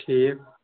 ٹھیٖک